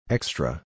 Extra